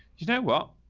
you know, what,